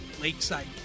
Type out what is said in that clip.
Lakeside